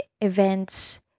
events